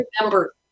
remember